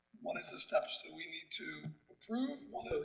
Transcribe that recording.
what is the steps do we need to approve?